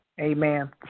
Amen